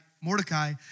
Mordecai